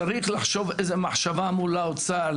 צריך לחשוב איזה מחשבה מול האוצר,